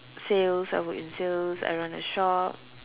sales I work in sales I run a shop